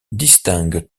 distingue